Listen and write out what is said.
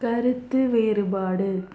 கருத்து வேறுபாடு